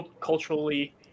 culturally